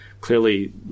clearly